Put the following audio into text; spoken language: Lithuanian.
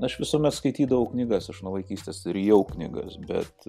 aš visuomet skaitydavau knygas aš nuo vaikystės rijau knygas bet